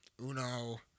Uno